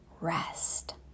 rest